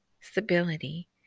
stability